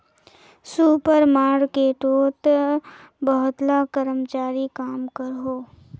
super मार्केटोत बहुत ला कर्मचारी काम करोहो